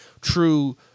true